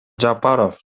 жапаров